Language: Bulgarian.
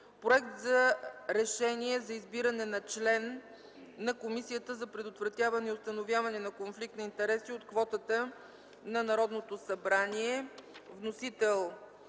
Проект за решение за избиране на член на Комисията за предотвратяване и установяване на конфликт на интереси от квотата на Народното събрание.